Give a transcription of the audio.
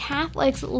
Catholics